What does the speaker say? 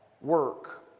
work